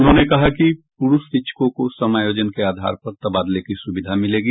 उन्होंने कहा कि पुरूष शिक्षको को समायोजन के आधार पर तबादले की सुविधा मिलेगी